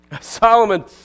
Solomon